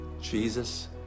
Jesus